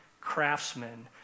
craftsmen